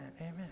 Amen